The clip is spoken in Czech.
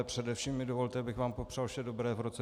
Především mi dovolte, abych vám popřál vše dobré v roce 2016.